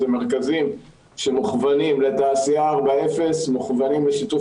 אלה מרכזים שמוכוונים לתעשייה 40. מוכוונים לשיתוף